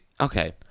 okay